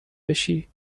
بشی